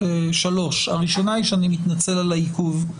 הראשונה היא שאני מתנצל על העיכוב,